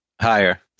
Higher